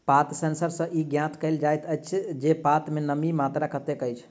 पात सेंसर सॅ ई ज्ञात कयल जाइत अछि जे पात मे नमीक मात्रा कतेक अछि